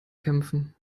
kämpfen